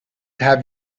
have